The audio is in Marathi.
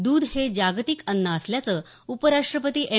दुध हे जागतिक अन्न असल्याचं उपराष्टपती एम